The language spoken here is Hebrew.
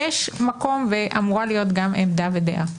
יש מקום ואמורה להיות גם עמדה ודעה.